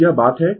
तो यह बात है